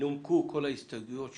נומקו כל ההסתייגויות שהוגשו,